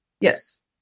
Yes